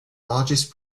largest